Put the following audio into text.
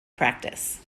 practice